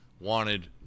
wanted